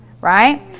right